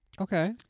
Okay